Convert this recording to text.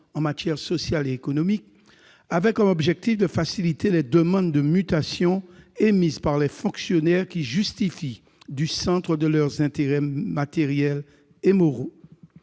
en matière sociale et économique avait pour objectif de faciliter les demandes de mutation émises par les fonctionnaires qui justifient du centre de leurs intérêts matériels et moraux,